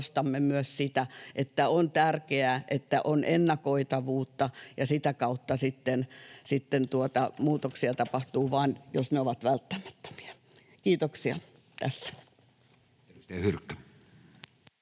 korostamme myös sitä, että on tärkeää, että on ennakoitavuutta ja sitä kautta sitten muutoksia tapahtuu vain, jos ne ovat välttämättömiä. — Kiitoksia.